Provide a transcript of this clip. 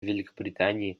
великобритании